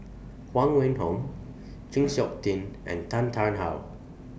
Huang Wenhong Chng Seok Tin and Tan Tarn How